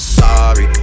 sorry